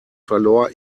verlor